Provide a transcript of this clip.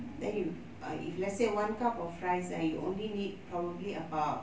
then you err if let's say one cup of rice uh you only need probably about